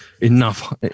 enough